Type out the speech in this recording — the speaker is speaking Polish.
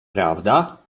prawda